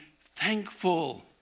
thankful